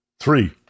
Three